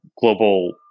global